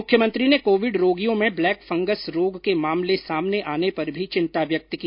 मुख्यमंत्री ने कोविड रोगियों में ब्लैक फंगस रोग के मामले सामने आने पर भी चिंता व्यक्त की